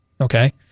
Okay